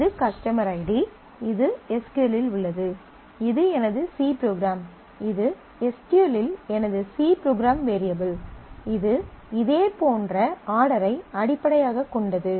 இது customer ID இது S Q L இல் உள்ளது இது எனது சி ப்ரோக்ராம் இது எஸ் க்யூ எல் இல் எனது சி ப்ரோக்ராம் வேரியபிள் இது இதேபோன்ற ஆர்டர் ஐ அடிப்படையாகக் கொண்டது